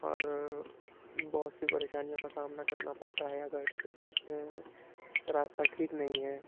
اور بہت سی پریشانیوں کا سامنا کرنا پڑتا ہے اگر راستہ ٹھیک نہیں ہے